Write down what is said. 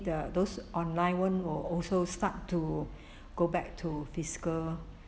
the those online [one] will also start to go back to physical